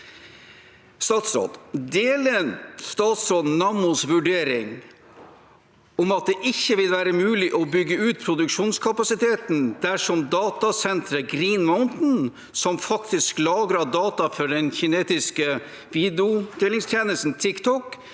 Deler statsråden Nammos vurdering om at det ikke vil være mulig å bygge ut produksjonskapasiteten dersom datasenteret Green Mountain, som faktisk lagrer data for den kinesiske videodelingstjenesten TikTok,